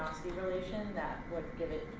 relation that would give it,